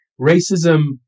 racism